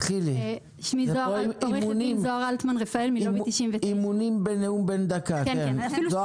אני עו"ד זהר אלטמן רפאל מלובי 99. אני רוצה להצטרף